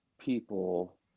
people